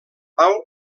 pau